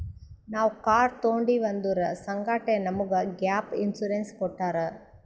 ನಾವ್ ಕಾರ್ ತೊಂಡಿವ್ ಅದುರ್ ಸಂಗಾಟೆ ನಮುಗ್ ಗ್ಯಾಪ್ ಇನ್ಸೂರೆನ್ಸ್ ಕೊಟ್ಟಾರ್